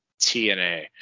TNA